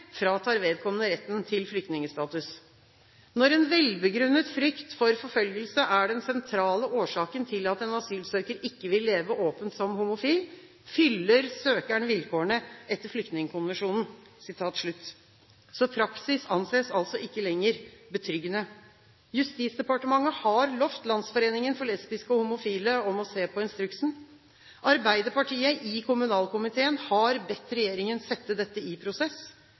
fratar vedkommende retten til flyktningstatus. Når en velbegrunnet frykt for forfølgelse er den sentrale årsaken til at en asylsøker ikke vil leve åpent som homofil, fyller søkeren vilkårene etter Flyktningkonvensjonen. Praksis anses altså ikke lenger betryggende. Justisdepartementet har lovt Landsforeningen for lesbisk og homofil frigjøring å se på instruksen. Arbeiderpartiet i kommunalkomiteen har bedt regjeringen sette dette i prosess.